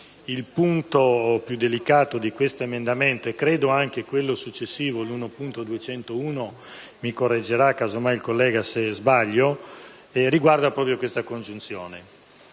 il punto più delicato di questo emendamento, così come credo anche di quello successivo, l'1.201 (mi correggerà casomai il collega se sbaglio), riguarda proprio questa congiunzione